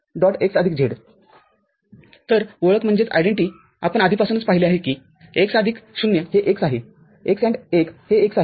x z तरओळख आपण आधीपासूनच पाहिले आहे कि x आदिक 0हे x आहे x AND १ हे x आहे